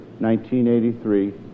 1983